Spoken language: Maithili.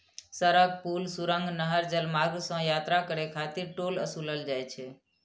सड़क, पुल, सुरंग, नहर, जलमार्ग सं यात्रा करै खातिर टोल ओसूलल जाइ छै